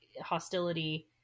hostility